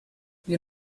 you